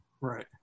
Right